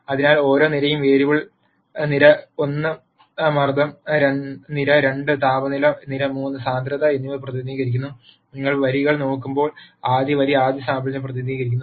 അതിനാൽ ഓരോ നിരയും വേരിയബിൾ നിര 1 മർദ്ദം നിര 2 താപനില നിര 3 സാന്ദ്രത എന്നിവ പ്രതിനിധീകരിക്കുന്നു നിങ്ങൾ വരികൾ നോക്കുമ്പോൾ ആദ്യ വരി ആദ്യ സാമ്പിളിനെ പ്രതിനിധീകരിക്കുന്നു